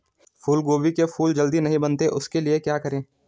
फूलगोभी के फूल जल्दी नहीं बनते उसके लिए क्या करें?